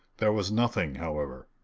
there was nothing, however.